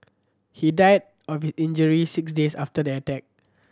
he died of his injury six days after the attack